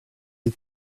die